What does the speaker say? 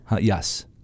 Yes